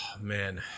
Man